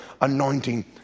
anointing